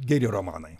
geri romanai